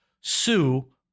sue